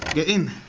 in.